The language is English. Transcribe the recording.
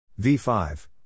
V5